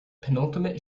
penultimate